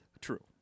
True